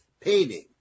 painting